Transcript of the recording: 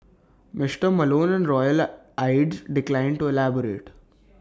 Mister Malone royal aides declined to elaborate